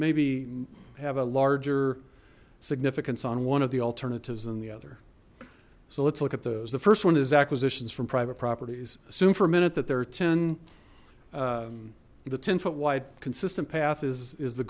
maybe have a larger significance on one of the alternatives than the other so let's look at those the first one is acquisitions from private properties assume for a minute that there are ten the ten foot wide consistent path is is the